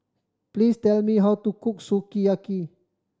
please tell me how to cook Sukiyaki